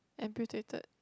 amputated